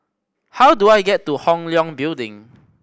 how do I get to Hong Leong Building